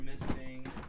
missing